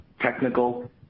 technical